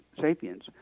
sapiens